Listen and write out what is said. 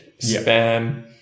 spam